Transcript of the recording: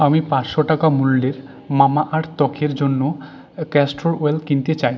আমি পাঁচশো টাকা মূল্যের মামাআর্থ ত্বকের জন্য ক্যাস্টর অয়েল কিনতে চাই